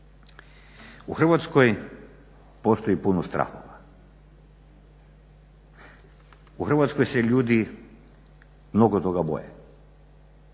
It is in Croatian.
U Hrvatskoj postoji puno strahova, u Hrvatskoj se ljudi mnogo toga boje,